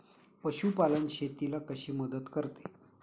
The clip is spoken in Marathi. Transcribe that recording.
पशुपालन शेतीला कशी मदत करते?